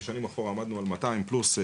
כי בשנים אחורה עמדנו על 200 פלוס,